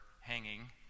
hanging